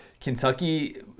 Kentucky